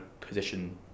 position